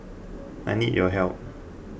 I need your help